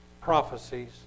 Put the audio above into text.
prophecies